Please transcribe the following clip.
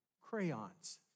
Crayons